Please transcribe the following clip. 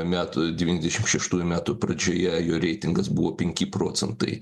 metų devyniasdešim šeštųjų metų pradžioje jo reitingas buvo penki procentai